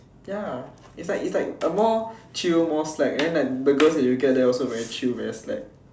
ya it's like it's like more chill more slack and then like the girls you get there also very chill very slack